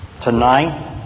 tonight